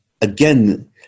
again